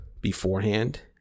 beforehand